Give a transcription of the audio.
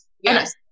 Yes